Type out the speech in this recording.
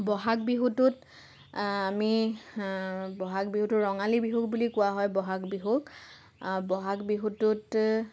বহাগ বিহুটোত আমি বহাগ বিহুতো ৰঙালী বিহু বুলি কোৱা হয় বহাগ বিহু বহাগ বিহুটোত